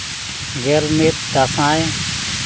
ᱜᱮᱞ ᱢᱤᱫ ᱫᱟᱸᱥᱟᱭ